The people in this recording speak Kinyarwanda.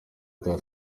bwa